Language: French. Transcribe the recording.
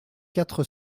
quatre